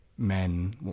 Men